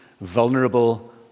vulnerable